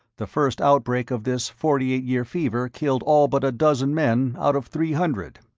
the first outbreak of this forty eight year fever killed all but a dozen men out of three hundred.